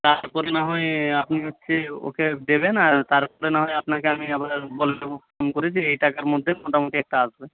তারপরে না হয় আপনি হচ্ছে ওকে দেবেন আর তারপরে না হয় আপনাকে আমি আবার বলে দেব ফোন করে যে এই টাকার মধ্যে মোটামুটি একটা আসবে